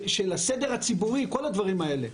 של הסדר הציבורי וכל הדברים האלה.